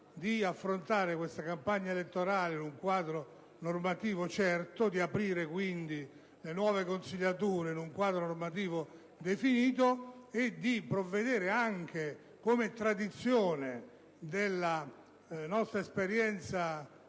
di affrontare questa campagna elettorale in un quadro normativo certo, di aprire dunque le nuove consiliature in un quadro normativo definito e di provvedere anche, come è tradizione della nostra esperienza